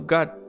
God